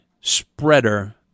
spreader